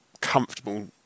comfortable